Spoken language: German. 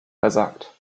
versagt